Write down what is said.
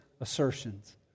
assertions